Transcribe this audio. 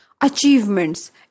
achievements